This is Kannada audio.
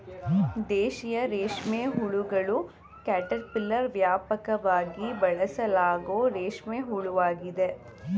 ದೇಶೀಯ ರೇಷ್ಮೆಹುಳುಗಳ ಕ್ಯಾಟರ್ಪಿಲ್ಲರ್ ವ್ಯಾಪಕವಾಗಿ ಬಳಸಲಾಗೋ ರೇಷ್ಮೆ ಹುಳುವಾಗಿದೆ